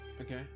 Okay